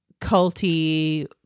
culty